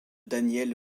danielle